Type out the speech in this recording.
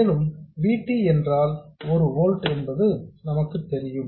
மேலும் V T என்றால் 1 volt என்பது நமக்கு தெரியும்